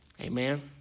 Amen